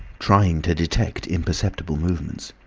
trying to detect imperceptible movements.